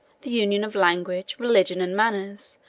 the union of language, religion, and manners,